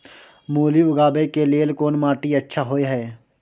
मूली उगाबै के लेल कोन माटी अच्छा होय है?